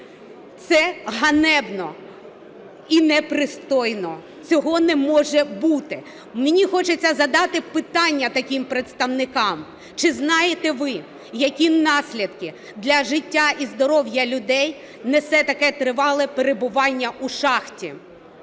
Це ганебно і непристойно. Цього не може бути. Мені хочеться задати питання таким представникам. Чи знаєте ви, які наслідки для життя і здоров'я людей несе таке тривале перебування у шахті?